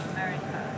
America